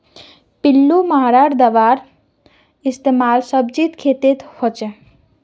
पिल्लू मारा दाबार इस्तेमाल सब्जीर खेतत हछेक